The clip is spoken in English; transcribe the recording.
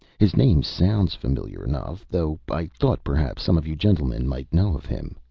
his name sounds familiar enough, though. i thought perhaps some of you gentlemen might know of him.